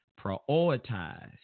prioritize